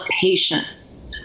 patience